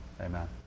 Amen